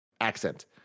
accent